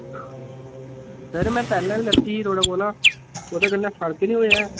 sir मैं पैह्ले बी लैती ही थुआढ़े कोला ओह्दे कन्नै फर्क गै नेईं होएआ ऐ